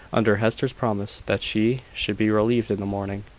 under hester's promise that she should be relieved in the morning.